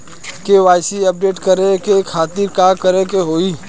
KYC update करे के खातिर का करे के होई?